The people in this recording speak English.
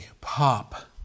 pop